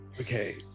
Okay